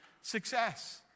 success